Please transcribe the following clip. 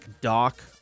Doc